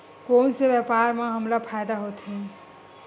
कोन से व्यापार म हमला फ़ायदा होथे?